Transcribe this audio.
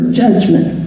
judgment